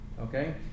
Okay